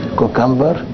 cucumber